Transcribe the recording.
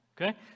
Okay